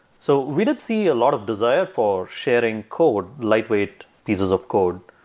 so we did see a lot of desire for sharing code, lightweight pieces of code.